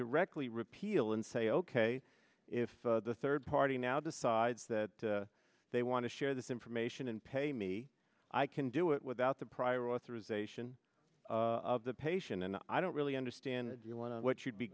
directly repeal and say ok if the third party now decides that they want to share this information and pay me i can do it without the prior authorization of the patient and i don't really understand you want what you'd be